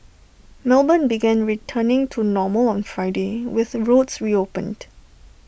melbourne began returning to normal on Friday with roads reopened